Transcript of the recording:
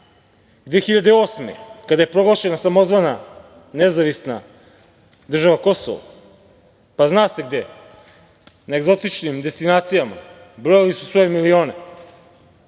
godine kada je proglašena samozvana nezavisna država Kosovo? Pa, zna se gde, na egzotičnim destinacijama, brojali su svoje milione. Gde